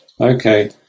okay